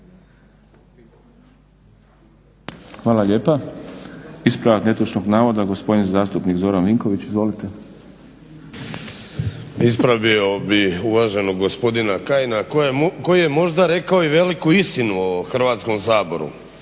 Hvala lijepa. Ispravak netočnog navoda, gospodin zastupnik Zoran Vinković. Izvolite. **Vinković, Zoran (HDSSB)** Ispravio bih uvaženog gospodina Kajina koji je možda rekao i veliku istinu o Hrvatskom saboru.